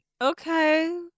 okay